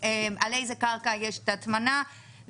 איזה קרקע יש את ההטמנה,